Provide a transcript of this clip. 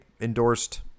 endorsed